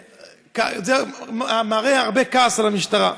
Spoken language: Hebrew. זה מראה על הרבה כעס על המשטרה.